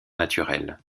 naturelle